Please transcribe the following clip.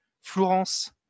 Florence